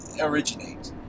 originate